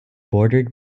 bordered